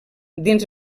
dins